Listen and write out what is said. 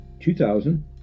2000